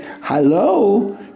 Hello